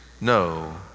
no